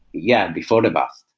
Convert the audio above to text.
yeah, before the bust.